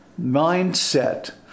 mindset